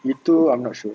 itu I'm not sure